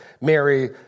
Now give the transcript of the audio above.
Mary